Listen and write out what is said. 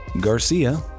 Garcia